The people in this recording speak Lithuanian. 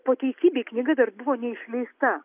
po teisybei knyga dar buvo neišleista